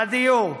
בדיור,